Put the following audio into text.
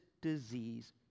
disease